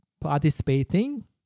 participating